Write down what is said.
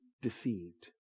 deceived